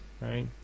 right